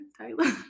Taylor